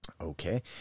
Okay